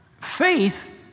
faith